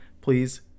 please